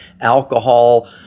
alcohol